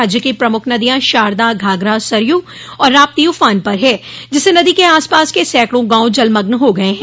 राज्य की प्रमुख नदियां शारदा घाघरा सरयू और राप्ती उफान पर है जिससे नदी के आसपास के सैकड़ों गांव जलमग्न हो गये हैं